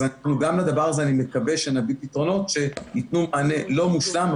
אז גם לדבר הזה אני מקווה שנביא פתרונות שייתנו מענה לא מושלם,